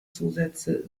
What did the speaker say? zusätze